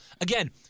again